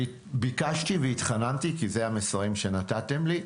ביקשתי והתחננתי כי זה המסרים שנתתם לי.